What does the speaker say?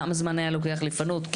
כמה זמן היה לוקח לפנות אותם?